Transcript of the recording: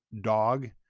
dog